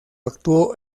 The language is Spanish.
actuó